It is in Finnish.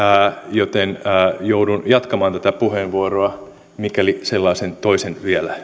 joten joudun jatkamaan tätä puheenvuoroa myöhemmin mikäli toisen sellaisen vielä